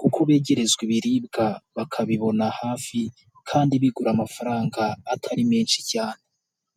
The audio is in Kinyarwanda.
kuko begerezwa ibiribwa bakabibona hafi kandi bigura amafaranga atari menshi cyane.